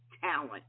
talent